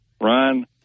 Ryan